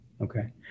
okay